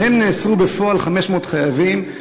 מהם נאסרו בפועל 500 חייבים.